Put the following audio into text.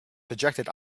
projected